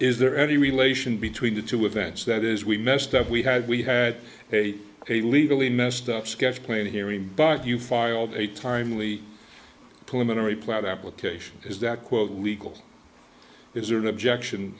is there any relation between the two events that is we messed up we had we had a a legally messed up sketched claim hearing but you filed a timely pulmonary plot application is that quote legal is your objection